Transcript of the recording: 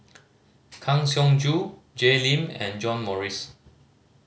Kang Siong Joo Jay Lim and John Morrice